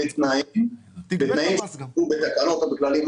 בתנאים ובתקנות או בכללים,